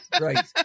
Right